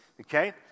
okay